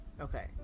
Okay